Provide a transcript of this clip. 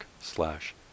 slash